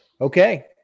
Okay